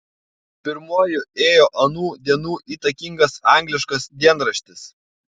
pirmuoju ėjo anų dienų įtakingas angliškas dienraštis